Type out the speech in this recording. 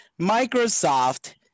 Microsoft